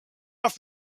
off